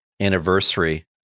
anniversary